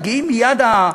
מגיעים מייד ה,